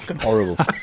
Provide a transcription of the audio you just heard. horrible